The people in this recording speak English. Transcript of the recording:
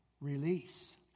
release